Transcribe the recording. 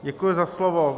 Děkuji za slovo.